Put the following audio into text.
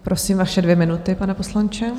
Prosím, vaše dvě minuty, pane poslanče.